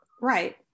Right